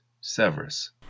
Severus